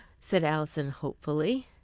said alison hopefully.